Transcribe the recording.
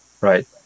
right